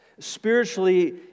Spiritually